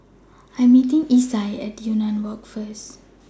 I Am meeting Isai At Yunnan Walk First